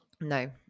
No